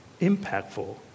impactful